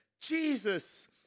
Jesus